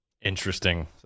Interesting